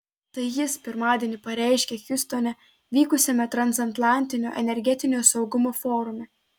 tai jis pirmadienį pareiškė hjustone vykusiame transatlantinio energetinio saugumo forume